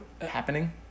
Happening